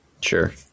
sure